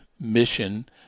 mission